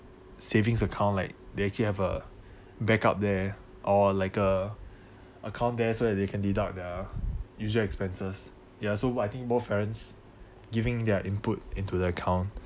savings account like they actually have a backup there or like a account there's so that they can deduct their usual expenses ya so what I think both parents giving their input into the account